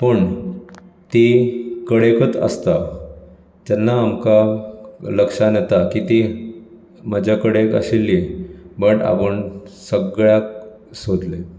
पूण ती कडेकच आसता जेन्ना आमकां लक्षांत येता की ती म्हज्या कडेक आशिल्ली बट आपूण सगळ्याक सोदली